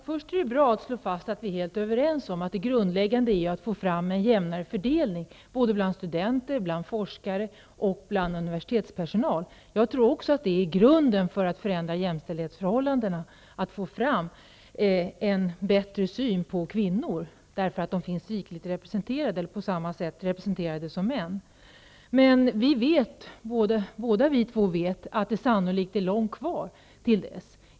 Herr talman! Det är bra att slå fast att vi är helt överens om att det grundläggande är att få fram en jämnare fördelning bland studenter, forskare och universitetspersonal. Jag tror också att grunden för att förändra jämställdhetsförhållandena är att få fram en bättre syn på kvinnor därför att de finns representerade på samma sätt som män. Men vi två vet att det sannolikt är långt kvar till dess.